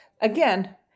again